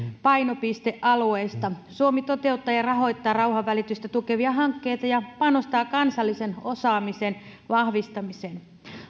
painopistealueista suomi toteuttaa ja rahoittaa rauhanvälitystä tukevia hankkeita ja panostaa kansallisen osaamisen vahvistamiseen